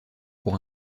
pour